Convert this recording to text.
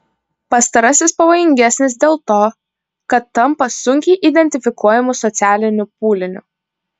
pastarasis pavojingesnis dėl to kad tampa sunkiai identifikuojamu socialiniu pūliniu